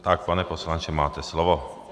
Tak, pane poslanče, máte slovo.